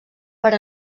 per